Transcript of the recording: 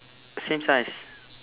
same size